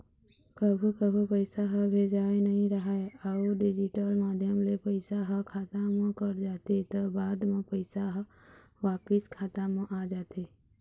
कभू कभू पइसा ह भेजाए नइ राहय अउ डिजिटल माध्यम ले पइसा ह खाता म कट जाथे त बाद म पइसा ह वापिस खाता म आ जाथे